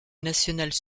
nationale